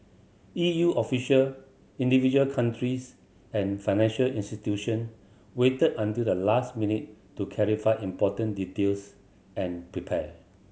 E U official individual countries and financial institution waited until the last minute to clarify important details and prepare